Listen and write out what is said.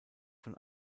von